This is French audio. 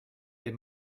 est